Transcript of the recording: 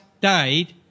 died